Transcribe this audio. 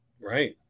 Right